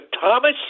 Thomas